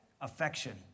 Affection